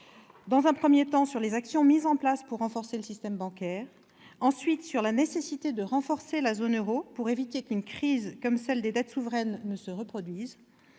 particulier : les actions mises en place pour renforcer le système bancaire ; la nécessité de renforcer la zone euro pour éviter qu'une crise comme celle des dettes souveraines ne se reproduise